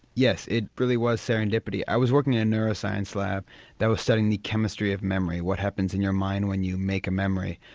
yes, it really was serendipity. i was working in the neuroscience lab that was studying the chemistry of memory, what happens in your mind when you make a memory,